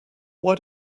why